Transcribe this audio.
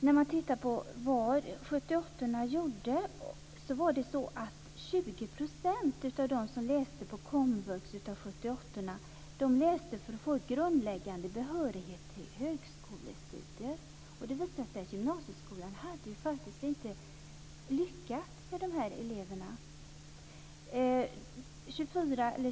När man tittar på vad 78:orna gjort ser man att 20 % av dem som läste på komvux gjorde det för att få grundläggande behörighet till högskolestudier - gymnasieskolan har faktiskt inte lyckats med de här eleverna.